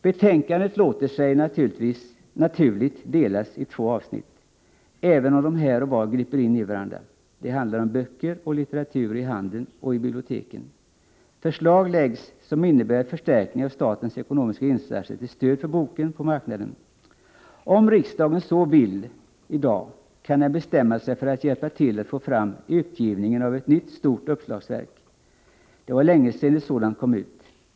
Betänkandet låter sig naturligt delas i två avsnitt, även om de här och var griper in i varandra. Det handlar om böcker och litteratur i handeln och i biblioteken. Förslag läggs fram som innebär förstärkning av statens ekonomiska insatser till stöd för boken på marknaden: Om riksdagen så vill i dag, kan den bestämma sig för att hjälpa till att få fram utgivningen av ett nytt stort uppslagsverk. Det var länge sedan ett sådant kom ut.